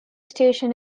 station